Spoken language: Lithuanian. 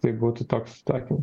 tai būtų toks atsakymas